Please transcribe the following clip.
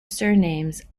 surnames